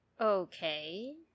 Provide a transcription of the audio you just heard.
Okay